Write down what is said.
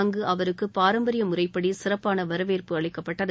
அங்கு அவருக்கு பாரம்பரிய முறைப்படி சிறப்பான வரவேற்பு அளிக்கப்பட்டது